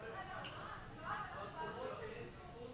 למרות שהוא פתוח,